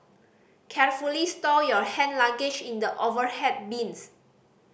carefully stow your hand luggage in the overhead bins